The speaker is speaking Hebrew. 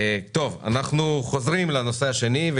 אנחנו חוזרים לנושא השני.